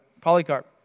Polycarp